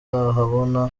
ahabona